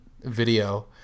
video